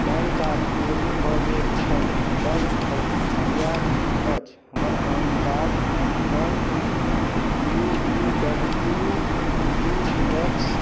pan card चोरी भऽ गेल छल एकर प्रक्रिया कि अछि हमर PAN card number U V W U x